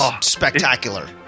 spectacular